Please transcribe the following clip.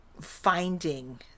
Finding